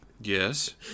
Yes